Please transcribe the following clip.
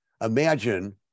Imagine